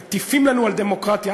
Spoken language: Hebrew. מטיפים לנו על דמוקרטיה.